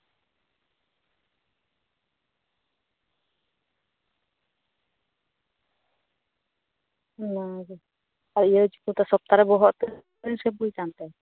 ᱚᱱᱟᱜᱮ ᱟᱨ ᱤᱭᱟᱹ ᱪᱮᱫ ᱠᱚ ᱢᱮᱛᱟᱜᱼᱟ ᱥᱚᱯᱛᱟᱦᱚ ᱨᱮ ᱵᱚᱦᱚᱜ ᱛᱤᱱᱟᱜ ᱫᱤᱱᱮᱢ ᱥᱮᱢᱯᱩ ᱮᱫᱛᱮ